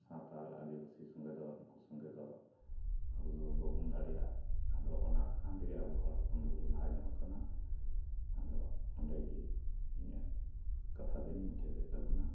ᱥᱟᱱᱛᱟᱲ ᱟᱹᱫᱤᱵᱟᱥᱤ ᱥᱚᱸᱜᱮ ᱫᱚ ᱱᱩᱠᱩ ᱥᱚᱸᱜᱮ ᱫᱚ ᱟᱵᱚ ᱫᱚ ᱵᱟᱵᱚᱱ ᱫᱟᱲᱮᱭᱟᱜᱼᱟ ᱟᱫᱚ ᱚᱱᱟ ᱠᱚᱠᱷᱚᱱ ᱛᱮᱜᱮ ᱟᱵᱚ ᱦᱚᱲ ᱦᱚᱯᱚᱱ ᱫᱚᱵᱚᱱ ᱞᱟᱦᱟ ᱧᱚᱜ ᱟᱠᱟᱱᱟ ᱟᱫᱚ ᱚᱸᱰᱮ ᱜᱮ ᱤᱧᱟᱹᱜ ᱠᱟᱛᱷᱟ ᱫᱚᱧ ᱢᱩᱪᱟᱹᱫᱮᱫ ᱛᱟᱵᱚᱱᱟ